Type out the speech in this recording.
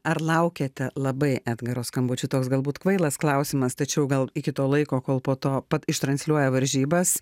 ar laukiate labai edgaro skambučių toks galbūt kvailas klausimas tačiau gal iki to laiko kol po to pat ištransliuoja varžybas